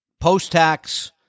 post-tax